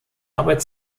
arbeit